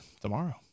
tomorrow